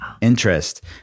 interest